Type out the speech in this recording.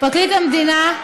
פרקליט המדינה,